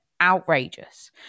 outrageous